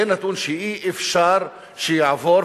זה נתון שאי-אפשר שיעבור,